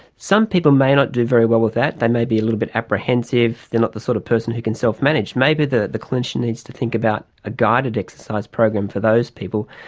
some people may not do very well with that, they may be a little bit apprehensive, they are not the sort of person who can self-manage. maybe the the clinician needs to think about a guided exercise program for those people,